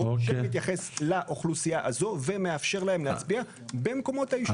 שמתייחס לאוכלוסייה הזאת ומאפשר להם להצביע במקומות היישוב שלהם.